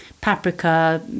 Paprika